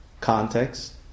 context